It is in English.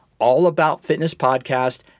Allaboutfitnesspodcast